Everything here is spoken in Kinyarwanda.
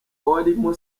warimo